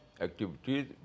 activities